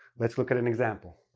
let's look at an example.